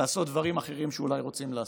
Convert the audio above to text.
לעשות דברים אחרים שאולי רוצים לעשות.